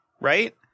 Right